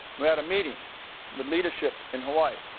we had a meeting with leadership in hawaii.